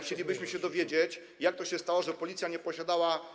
Chcielibyśmy się dowiedzieć, jak to się stało, że Policja nie posiadała.